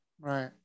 Right